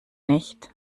nicht